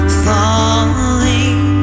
falling